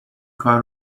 کار